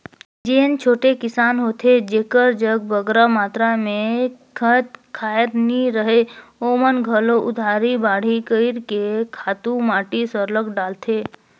जेन छोटे किसान होथे जेकर जग बगरा मातरा में खंत खाएर नी रहें ओमन घलो उधारी बाड़ही कइर के खातू माटी सरलग डालथें